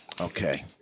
Okay